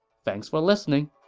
thanks for listening